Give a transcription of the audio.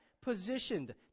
positioned